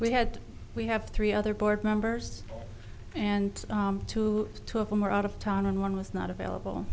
we had we have three other board members and two two of them were out of town and one was not available